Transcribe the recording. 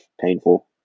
painful